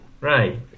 Right